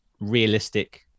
realistic